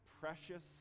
precious